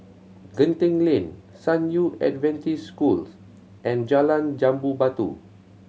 Genting Lane San Yu Adventist Schools and Jalan Jambu Batu